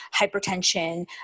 hypertension